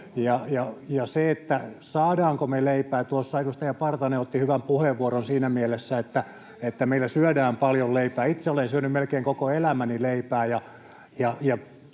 Ja siihen, saadaanko meillä leipää: Tuossa edustaja Partanen otti hyvän puheenvuoron siinä mielessä, että meillä syödään paljon leipää. Itsekin olen syönyt melkein koko elämäni leipää,